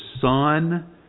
son